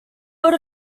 would